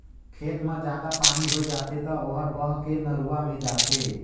खेत मे जादा पानी होय जाथे त ओहर बहके नरूवा मे जाथे